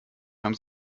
haben